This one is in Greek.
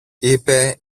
είπε